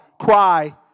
cry